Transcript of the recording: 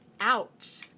ouch